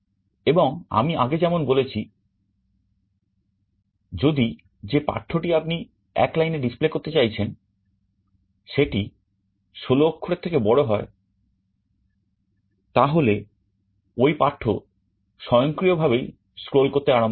এবং আমি আগে যেমন বলেছি যদি যে পাঠ্যটি আপনি এক লাইনে ডিসপ্লে করতে চাইছেন সেটি ষোল অক্ষরের থেকে বড় হয় তাহলে ওই পাঠ্য স্বয়ংক্রিয়ভাবেই স্ক্রোল করতে আরম্ভ হয়ে যাবে